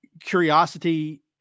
curiosity